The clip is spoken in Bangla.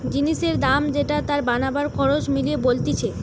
জিনিসের দাম যেটা তার বানাবার খরচ মিলিয়ে বলতিছে